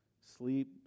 sleep